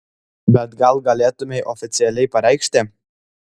bet gal galėtumei oficialiai pareikšti